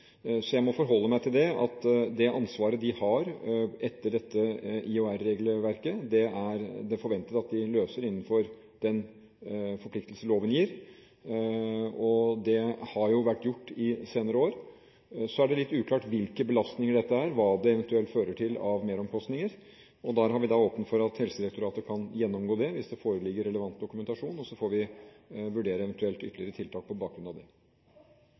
Jeg må forholde meg til at når det gjelder det ansvaret de har etter IHR-regelverket, forventer vi at de løser det innenfor den forpliktelse som loven gir. Det har vært gjort de senere år. Så er det litt uklart hvilke belastninger dette er, og hva det eventuelt fører til av meromkostninger. Der er vi åpne for at Helsedirektoratet kan gjennomgå det, hvis det foreligger relevant dokumentasjon. Så får vi vurdere eventuelle ytterligere tiltak på bakgrunn av